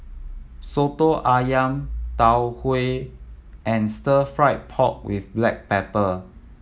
Soto Ayam Tau Huay and Stir Fried Pork With Black Pepper